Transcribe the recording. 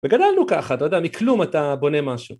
וגדלנו ככה, אתה יודע, מכלום אתה בונה משהו.